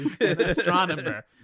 astronomer